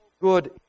good